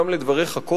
גם לדבריך קודם,